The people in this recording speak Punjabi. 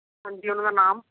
ਹਾਂਜੀ ਉਹਨਾਂ ਦਾ ਨਾਮ